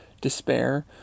despair